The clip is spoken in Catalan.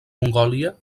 mongòlia